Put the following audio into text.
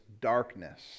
darkness